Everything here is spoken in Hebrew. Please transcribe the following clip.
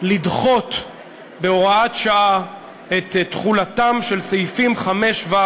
לדחות בהוראת שעה את תחולתם של סעיפים 5(ו)